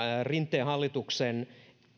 rinteen hallituksen